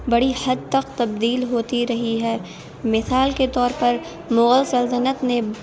بڑی حد تک تبدیل ہوتی رہی ہے مثال کے طور پر مغل سلطنت نے